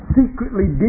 secretly